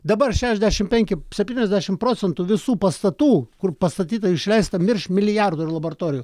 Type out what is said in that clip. dabar šešiasdešimt penki septyniasdešimt procentų visų pastatų kur pastatyta išleista virš milijardo ir laboratorijų